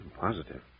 Positive